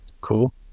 cool